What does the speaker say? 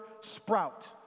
sprout